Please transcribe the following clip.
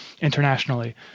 internationally